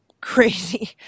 crazy